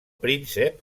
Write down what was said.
príncep